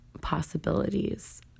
possibilities